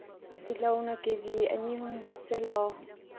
ꯇꯤꯜꯍꯧꯅ KG ꯑꯅꯤ ꯑꯍꯨꯝ ꯍꯥꯞꯆꯜꯂꯣ